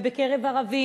ובקרב ערבים,